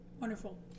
Wonderful